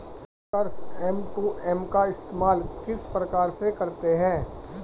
Brokers M two M का इस्तेमाल किस प्रकार से करते हैं?